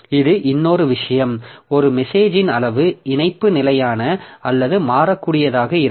இது இன்னொரு விஷயம் ஒரு மெசேஜின் அளவு இணைப்பு நிலையான அல்லது மாறக்கூடியதாக இருக்கும்